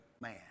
man